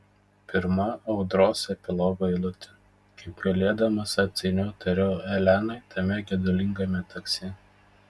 pirma audros epilogo eilutė kaip galėdamas atsainiau tariau elenai tame gedulingame taksi